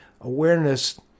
awareness